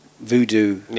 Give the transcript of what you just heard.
voodoo